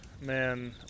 Man